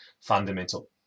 fundamental